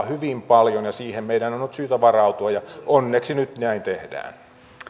hyvin paljon siihen meidän on on syytä varautua ja onneksi nyt näin tehdään